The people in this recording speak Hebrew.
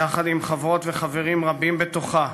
יחד עם חברות וחברים רבים בתוכה,